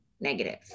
negative